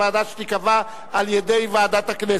ועדה שתיקבע על-ידי ועדת הכנסת.